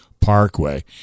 Parkway